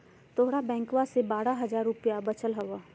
तोहर बैंकवा मे बारह हज़ार रूपयवा वचल हवब